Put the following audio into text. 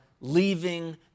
leaving